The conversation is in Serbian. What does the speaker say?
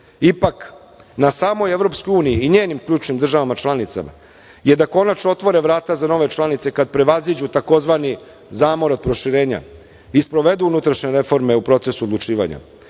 Ipak, na samoj EU i njenim ključnim državama članicama je da konačno otvore vrata za nove članice kad prevaziđu tzv. zamor od proširenja i sprovedu unutrašnje reforme u procesu odlučivanja.